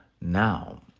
Now